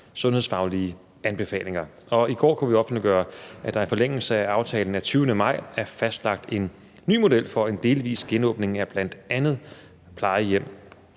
sundhedsfaglige anbefalinger. I går kunne vi offentliggøre, at der i forlængelse af aftalen af 20. maj er fastlagt en ny model for en delvis genåbning af bl.a. plejehjem.